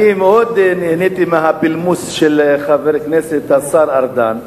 אני מאוד נהניתי מהפולמוס של חבר הכנסת השר ארדן,